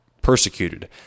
persecuted